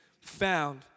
Found